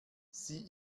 sie